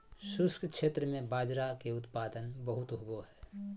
शुष्क क्षेत्र में बाजरा के उत्पादन बहुत होवो हय